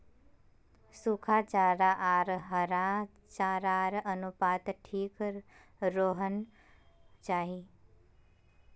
सुखा चारा आर हरा चारार अनुपात ठीक रोह्वा चाहि